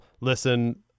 listen